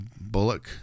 Bullock